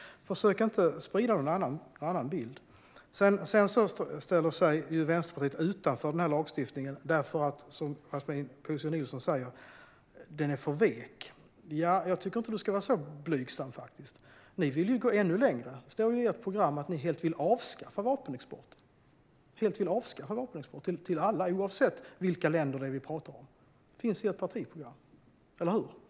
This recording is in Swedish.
Försök inte sprida någon annan bild, Yasmine Posio Nilsson! Vänsterpartiet ställer sig utanför den här lagstiftningen därför att den, som du säger, är för vek. Jag tycker inte att du ska vara så blygsam. Ni vill ju gå ännu längre. Det står i ert program att ni vill avskaffa vapenexporten helt, till alla, oavsett vilka länder vi pratar om. Det står med i ert partiprogram, eller hur?